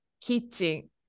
kitchen